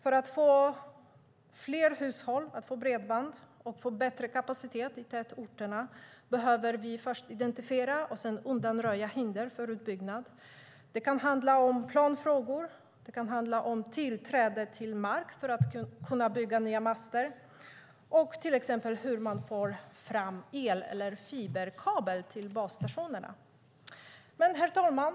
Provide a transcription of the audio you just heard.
För att fler hushåll ska få bredband och för att få bättre kapacitet i tätorterna behöver vi först identifiera och sedan undanröja hinder för utbyggnad. Det kan handla om planfrågor, tillträde till mark för att bygga nya master och hur man får fram el eller fiberkabel till basstationerna. Herr talman!